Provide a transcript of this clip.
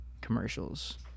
commercials